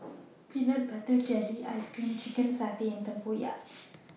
Peanut Butter Jelly Ice Cream Chicken Satay and Tempoyak